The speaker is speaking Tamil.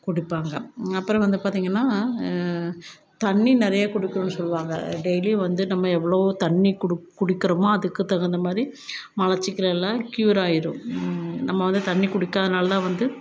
குடிப்பாங்க அப்பறம் வந்து பார்த்தீங்கன்னா தண்ணி நிறையா குடிக்கணுன்னு சொல்லுவாங்க டெய்லியும் வந்து நம்ம எவ்வளோ தண்ணி குடு குடிக்கிறோமோ அதுக்குத் தகுந்த மாதிரி மலச்சிக்கல் எல்லாம் க்யூர் ஆயிடும் நம்ம வந்து தண்ணி குடிக்காததுனால்தான் வந்து